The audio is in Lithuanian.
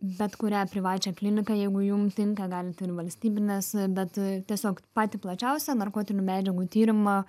bet kurią privačią kliniką jeigu jum tinka galit ir į valstybines bet tiesiog patį plačiausią narkotinių medžiagų tyrimą